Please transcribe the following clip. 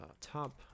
top